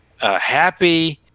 happy